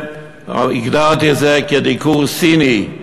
הגדרתי את זה כדיקור סיני.